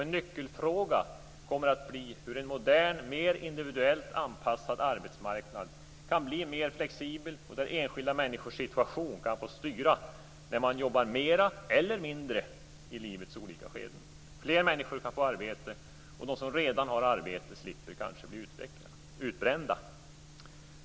En nyckelfråga kommer att bli hur en modern, mer individuellt anpassad arbetsmarknad kan bli mer flexibel så att enskilda människors situation kan få styra när man jobbar mera eller mindre i livets olika skeden, fler människor kan få arbete och de som redan har arbete slipper bli utbrända.